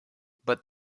but